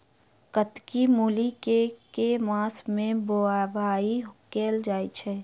कत्की मूली केँ के मास मे बोवाई कैल जाएँ छैय?